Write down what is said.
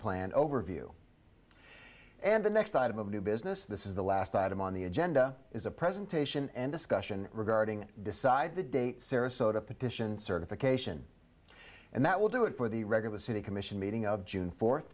plan overview and the next item of new business this is the last item on the agenda is a presentation and discussion regarding decide the date sarasota petition certification and that will do it for the regular city commission meeting of june fourth